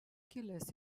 kilęs